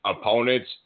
opponents